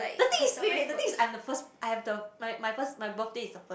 the thing is wait wait the thing is I'm the first I've the my my first birthday is the first